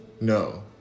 No